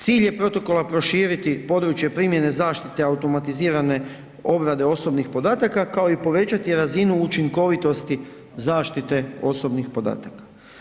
Cilj je protokola proširiti područje primjene zaštite automatizirane obrade osobnih podataka, kao i povećati razinu učinkovitosti zaštite osobnih podataka.